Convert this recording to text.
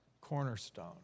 cornerstone